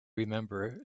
remember